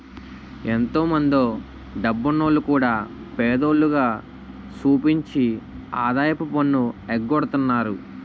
ఎంతో మందో డబ్బున్నోల్లు కూడా పేదోల్లుగా సూపించి ఆదాయపు పన్ను ఎగ్గొడతన్నారు